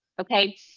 okay